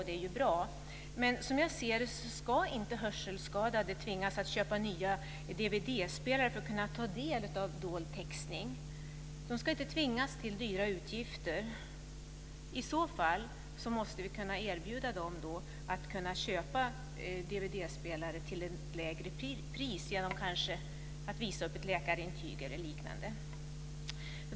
Det är ju bra, men som jag ser det ska inte hörselskadade tvingas att köpa nya dvd-spelare för att kunna ta del av dold textning. De ska inte tvingas till stora utgifter. I så fall måste vi kunna erbjuda dem att få köpa dvd-spelare till ett lägre pris - kanske genom att visa upp ett läkarintyg eller liknande.